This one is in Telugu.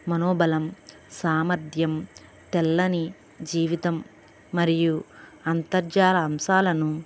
మనోబలం సామర్థ్యం తెల్లని జీవితం మరియు అంతర్జాల అంశాలను